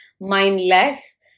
mindless